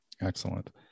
Excellent